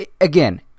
again